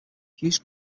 hughes